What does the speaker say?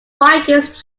vikings